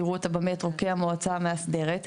יראו אותה במטרו כמועצה המאסדרת,